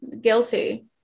guilty